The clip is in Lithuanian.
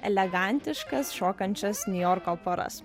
elegantiškas šokančias niujorko poras